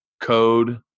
code